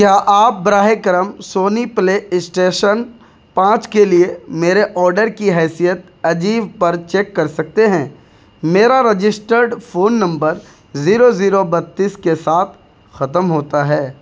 کیا آپ براہ کرم سونی پلے اسٹیشن پانچ کے لیے میرے آڈر کی حیثیت اجیو پر چیک کر سکتے ہیں میرا registered phone number zero zero بتیس کے ساتھ ختم ہوتا ہے